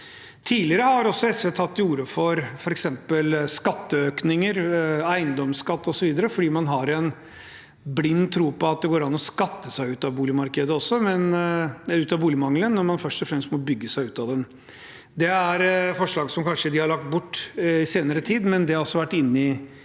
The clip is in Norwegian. Tidligere har også SV tatt til orde for f.eks. skatteøkninger, eiendomsskatt osv., fordi man har en blind tro på at det går an å skatte seg ut av boligmangelen, når man først og fremst må bygge seg ut av den. Dette er forslag som de kanskje har lagt bort i senere tid, men det har vært inne i